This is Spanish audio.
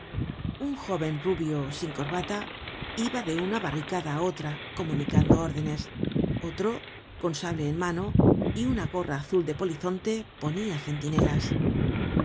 un jóven rubio sin corbata iba de una barricada á otra comunicando órdenes otro con sable en mano y una gorra azul de polizonte ponia centinelas